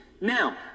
now